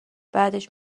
بعدش